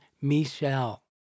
Michelle